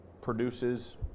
produces